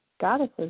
goddesses